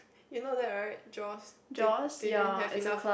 you know that right Jaws they they didn't have enough